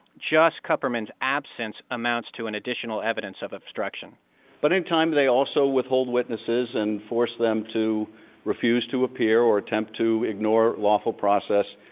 just kupperman's absence amounts to an additional evidence of obstruction but in time, they also withhold witnesses and force them to refuse to appear or attempt to ignore lawful process.